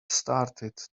started